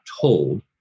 told